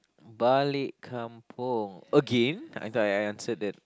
balik kampung again I thought I answered that